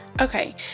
Okay